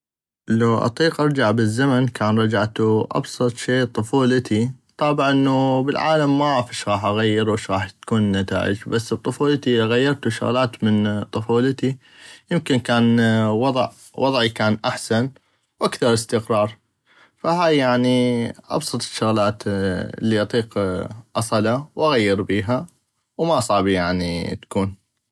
لو اطيق ارجع بل الزمن كان رجعتو ابسط شي لطفولتي طابع انو بل العالم معغف اش غاح اغير او اش غاح تكون نتائج بس بطفولتي اذا غيرتو شغلات من طفولتي يمكن كان وضع وضعي كان احسن واكثغ استقرار فهاي يعني ابسط الشغلات الي اطيق اصلا واغير بيها وما صعبي يعني تكون.